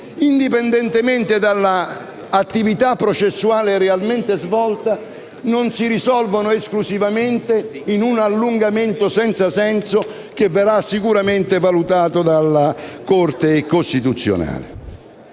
indipendentemente dall'attività processuale realmente svolta, non si risolvano esclusivamente in un allungamento senza senso che verrà sicuramente valutato dalla Corte costituzionale.